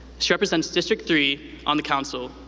she represents district three on the council,